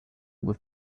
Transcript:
with